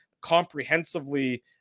comprehensively